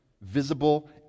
visible